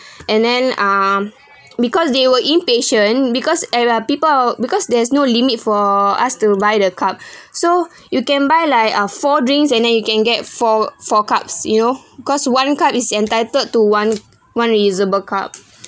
and then um because they were impatient because add up people out because there's no limit for us to buy the cup so you can buy like uh four drinks and then you can get four four cups you know because one cup is entitled to one one reusable cup